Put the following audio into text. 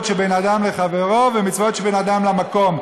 שבין אדם לחברו ומצוות שבין אדם למקום,